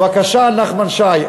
בבקשה, נחמן שי.